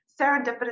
serendipitous